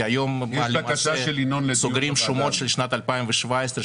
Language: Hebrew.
כי היום למעשה סוגרים שומות של שנת 2017,